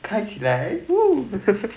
开起来 !woo!